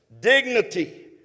dignity